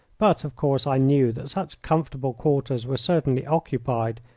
but, of course, i knew that such comfortable quarters were certainly occupied,